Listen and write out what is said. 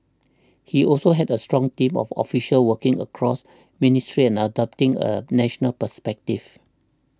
he also had a strong team of officials working across ministries and adopting a national perspective